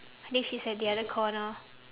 I think she's at the other corner